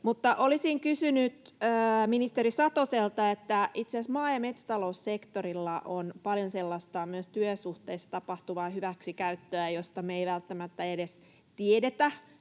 Olisin kysynyt ministeri Satoselta, kun itse asiassa maa- ja metsätaloussektorilla on paljon myös sellaista työsuhteissa tapahtuvaa hyväksikäyttöä, josta me ei välttämättä edes tiedetä.